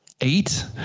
Eight